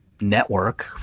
network